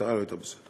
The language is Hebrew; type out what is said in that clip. המשטרה לא הייתה בסדר.